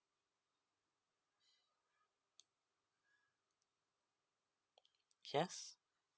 yes